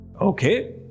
Okay